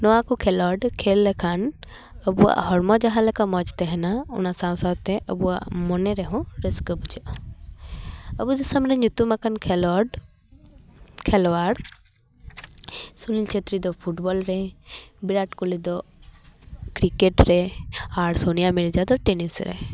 ᱱᱚᱣᱟ ᱠᱚ ᱠᱷᱮᱞᱳᱰ ᱠᱷᱮᱞ ᱞᱮᱠᱷᱟᱱ ᱟᱵᱚᱣᱟᱜ ᱦᱚᱲᱢᱚ ᱡᱟᱦᱟᱸ ᱞᱮᱠᱟ ᱢᱚᱡᱽ ᱛᱟᱦᱮᱸᱱᱟ ᱚᱱᱟ ᱥᱟᱶ ᱥᱟᱶᱛᱮ ᱟᱵᱚᱣᱟᱜ ᱢᱚᱱᱮ ᱨᱮᱦᱚᱸ ᱨᱟᱹᱥᱠᱟᱹ ᱵᱩᱡᱷᱟᱹᱜᱼᱟ ᱟᱵᱚ ᱫᱤᱥᱚᱢ ᱨᱮ ᱧᱩᱛᱩᱢᱟᱠᱟᱱ ᱠᱷᱮᱞᱳᱰ ᱠᱷᱮᱞᱳᱣᱟᱲ ᱥᱩᱱᱤᱞ ᱪᱷᱮᱛᱨᱤ ᱫᱚ ᱯᱷᱩᱴᱵᱚᱞ ᱨᱮ ᱵᱤᱨᱟᱴ ᱠᱳᱦᱞᱤ ᱫᱚ ᱠᱨᱤᱠᱮᱴ ᱨᱮ ᱟᱨ ᱥᱟᱱᱤᱭᱟ ᱢᱤᱨᱡᱟ ᱫᱚ ᱴᱮᱱᱤᱥ ᱨᱮ